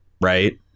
Right